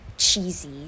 Cheesy